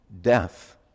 death